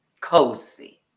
Cozy